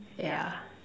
yeah